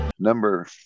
Number